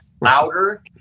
louder